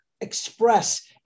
express